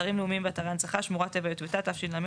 אתרים לאומיים ואתרי הנצחה (שמורת טבע יטבתה) התש"ל,